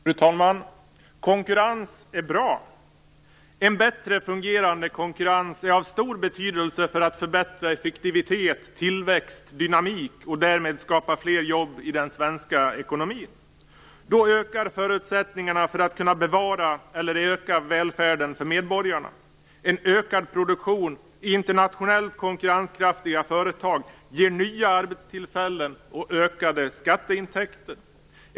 Fru talman! Konkurrens är bra. En bättre fungerande konkurrens är av stor betydelse för att förbättra effektivitet, tillväxt, dynamik och därmed skapa fler jobb i den svenska ekonomin. Då ökar förutsättningarna för att kunna bevara eller öka välfärden för medborgarna. En ökad produktion i internationellt konkurrenskraftiga företag ger nya arbetstillfällen och ökade skatteintäkter.